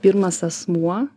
pirmas asmuo